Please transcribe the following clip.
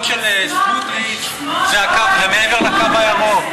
התפוצות של סמוטריץ זה מעבר לקו הירוק.